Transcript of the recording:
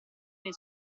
nei